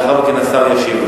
ולאחר מכן השר ישיב.